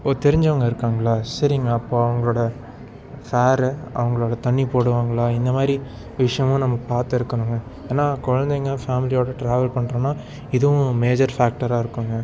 ஓ தெரிஞ்சவங்க இருக்காங்களா சரிங்க அப்போது அவங்களோட ஃபேரு அவங்க தண்ணி போடுவாங்களா இந்தமாதிரி விஷயம்லாம் நம்ம பார்த்து இருக்கணும்ங்க ஏன்னா குழந்தைங்க ஃபேம்லியோடு ட்ராவல் பண்ணுறோம்னா இதுவும் மேஜர் ஃபேக்டராக இருக்கும்ங்க